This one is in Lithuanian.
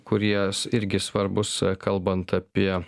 kuries irgi svarbūs kalbant apie